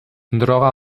droga